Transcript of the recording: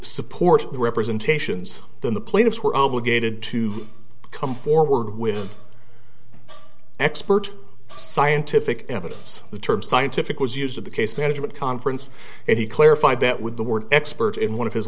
support the representations then the plaintiffs were obligated to come forward with expert scientific evidence the term scientific was used to the case management conference and he clarified that with the word expert in one of his